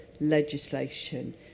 legislation